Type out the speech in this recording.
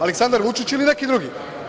Aleksandar Vučić ili neki drugi?